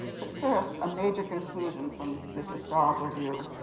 but first, a major conclusion from this historical view.